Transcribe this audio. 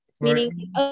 Meaning